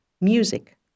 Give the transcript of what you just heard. music